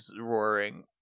roaring